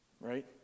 right